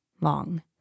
long